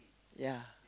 ya